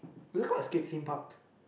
did you call Escape-Theme-Park